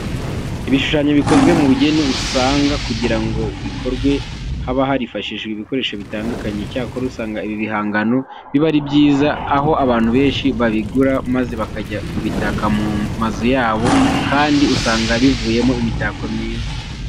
Ibishushyanyo bikozwe mu bugeni usanga kugira ngo bikorwe haba harifashishijwe ibikoresho bitandukanye. Icyakora usanga ibi bihangano biba ari byiza, aho abantu benshi babigura maze bakajya kubitaka mu mazu yabo kandi usanga bivuyemo imitako myiza cyane.